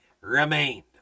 remained